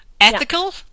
ethical